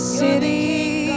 city